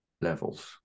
levels